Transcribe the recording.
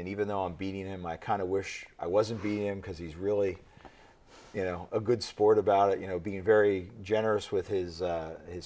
and even though i'm beating him i kind of wish i wasn't being because he's really you know a good sport about it you know being very generous with his